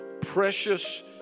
precious